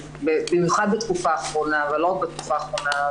במיוחד בתקופה האחרונה אבל לא רק בתקופה האחרונה,